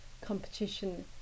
competition